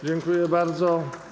Dziękuję bardzo.